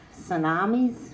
tsunamis